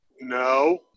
No